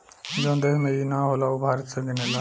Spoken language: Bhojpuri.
जवन देश में ई ना होला उ भारत से किनेला